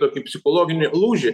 tokį psichologinį lūžį